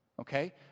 Okay